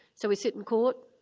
so we sit in court,